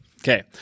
Okay